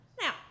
Now